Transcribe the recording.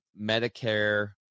Medicare